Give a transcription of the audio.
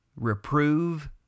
reprove